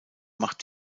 macht